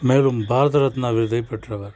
மேலும் பாரதரத்னா விருதை பெற்றவர்